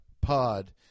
pod